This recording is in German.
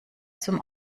zum